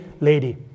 lady